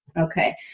Okay